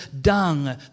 dung